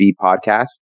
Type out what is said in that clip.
podcast